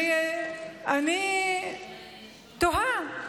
ואני תוהה,